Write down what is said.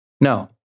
No